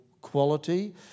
quality